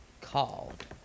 called